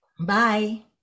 Bye